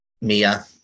Mia